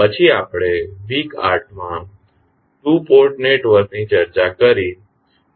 પછી આપણે વીક 8 માં ટુ પોર્ટ નેટવર્ક ની ચર્ચા કરી